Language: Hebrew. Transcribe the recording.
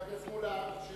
חבר הכנסת מולה,